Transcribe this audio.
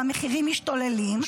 והמחירים משתוללים -- גברתי,